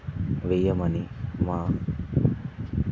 వెయ్యమని మా